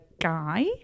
Guy